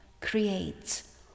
creates